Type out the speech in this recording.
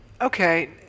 okay